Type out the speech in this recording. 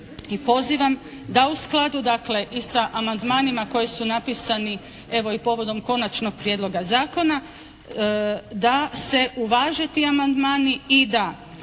pozivam da u skladu dakle i sa amandmanima koji su napisani evo i povodom konačnog prijedloga zakona, da se uvaže ti amandmani i da